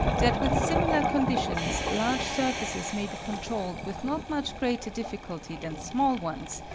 that with similar conditions large surfaces may be controlled with not much greater difficulty than small ones,